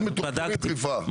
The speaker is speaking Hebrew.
בדקתי.